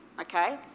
okay